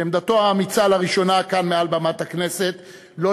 שעמדתו האמיצה לראשונה כאן מעל במת הכנסת הייתה שלא